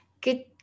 good